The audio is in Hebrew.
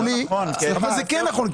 זה כן נכון,